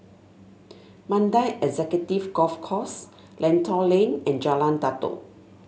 Mandai Executive Golf Course Lentor Lane and Jalan Datoh